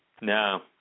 No